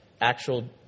actual